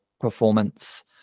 performance